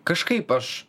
kažkaip aš